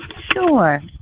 Sure